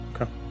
Okay